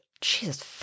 Jesus